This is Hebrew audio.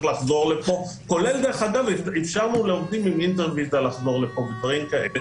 לחזור לפה כולל עובדים עם אינטרוויזה אפשרנו להם לחזור לפה.